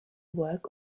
work